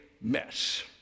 mess